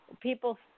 people